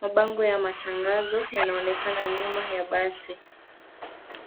Mabango ya matangazo yanaonekana nyuma ya basi.